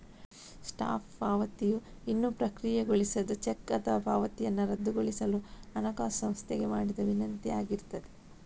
stop ಪಾವತಿಯು ಇನ್ನೂ ಪ್ರಕ್ರಿಯೆಗೊಳಿಸದ ಚೆಕ್ ಅಥವಾ ಪಾವತಿಯನ್ನ ರದ್ದುಗೊಳಿಸಲು ಹಣಕಾಸು ಸಂಸ್ಥೆಗೆ ಮಾಡಿದ ವಿನಂತಿ ಆಗಿರ್ತದೆ